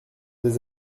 des